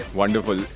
Wonderful